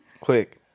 quick